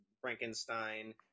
Frankenstein